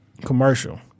Commercial